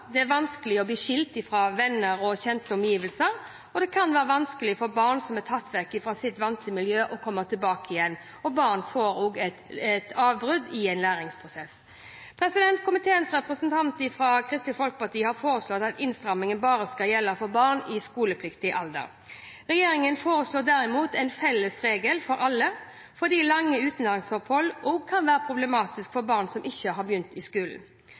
Det er vanskelig å bli skilt fra venner og kjente omgivelser, det kan være vanskelig for barn som er tatt vekk fra sitt vante miljø, å komme tilbake igjen, og barna får også et avbrudd i en læringsprosess. Komiteens representant fra Kristelig Folkeparti har foreslått at innstrammingen bare skal gjelde for barn i skolepliktig alder. Regjeringen foreslår derimot én felles regel for alle, fordi lange utenlandsopphold også kan være problematiske for barn som ikke har begynt på skolen.